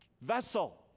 vessel